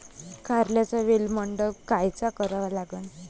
कारल्याचा वेल मंडप कायचा करावा लागन?